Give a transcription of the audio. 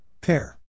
pair